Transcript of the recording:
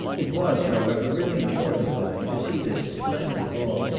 it was, however, really mortifying to see this splendid hall,